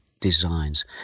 designs